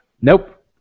Nope